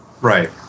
right